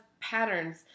patterns